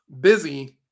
busy